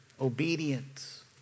Obedience